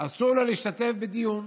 אסור לו להשתתף בדיון,